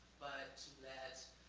but to let